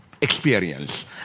experience